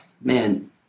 man